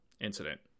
incident